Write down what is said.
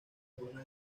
alguna